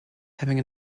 having